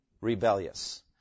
rebellious